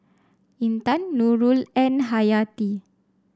Intan Nurul and Hayati